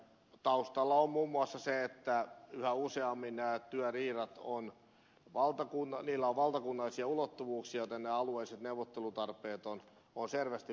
taustalla on muun muassa se että yhä useammin näillä työriidoilla on valtakunnallisia ulottuvuuksia joten nämä alueelliset neuvottelutarpeet ovat selvästi vähentyneet